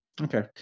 okay